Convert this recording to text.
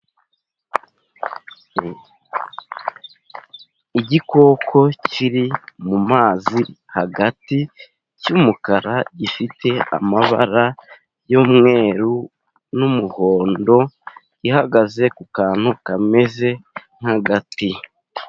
Igikoko kiri mu mazi hagati cy'umukara gifite amabara y'umweru n'umuhondo, gihagaze ku kantu kameze nk'agati.